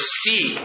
see